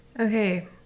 okay